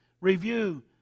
review